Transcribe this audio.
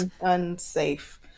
Unsafe